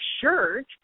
shirt